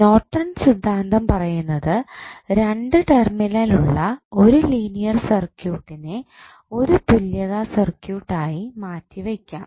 Norton സിദ്ധാന്തം പറയുന്നത് 2 terminal ഉള്ള ഒരു ലീനിയർ സർക്യൂട്ട്നെ ഒരു തുല്യത സർക്യൂട്ട് ആയി മാറ്റിവയ്ക്കാം